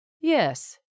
Yes